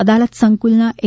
અદાલત સંકુલના એ